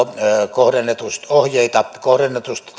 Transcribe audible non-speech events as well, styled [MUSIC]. kohdennetusta ohjeita kohdennetusta [UNINTELLIGIBLE]